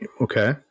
Okay